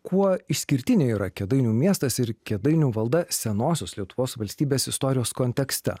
kuo išskirtiniai yra kėdainių miestas ir kėdainių valda senosios lietuvos valstybės istorijos kontekste